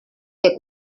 què